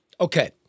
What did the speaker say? Okay